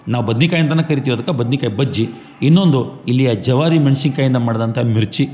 ನಾವು ಬದ್ನಿಕಾಯಿ ಅಂತಲೇ ಕರಿತೀವಿ ಅದಕ್ಕೆ ಬದ್ನಿಕಾಯಿ ಬಜ್ಜಿ ಇನ್ನೊಂದು ಇಲ್ಲಿಯ ಜವಾರಿ ಮೆಣ್ಸಿನ್ಕಾಯಿಂದ ಮಾಡ್ದಂಥ ಮಿರ್ಚಿ